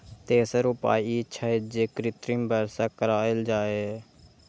तेसर उपाय ई छै, जे कृत्रिम वर्षा कराएल जाए